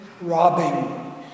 robbing